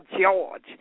George